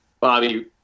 Bobby